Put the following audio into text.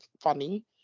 funny